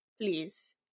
Please